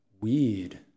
weird